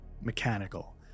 mechanical